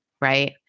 Right